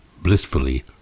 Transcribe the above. blissfully